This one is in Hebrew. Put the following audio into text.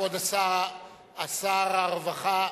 כבוד שר הרווחה,